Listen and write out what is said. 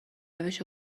روش